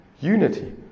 unity